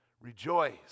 rejoice